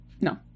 No